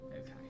Okay